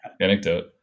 anecdote